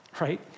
right